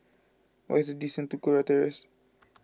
what is the distance to Kurau Terrace